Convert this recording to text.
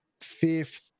fifth